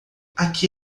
aqui